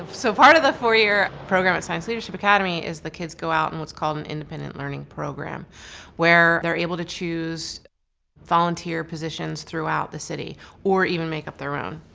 so part of the four year program at science leadership academy is the kids go out in what's called an independent learning program where they're able to choose volunteer positions throughout the city or even make up their own.